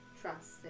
trust